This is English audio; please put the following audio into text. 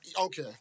Okay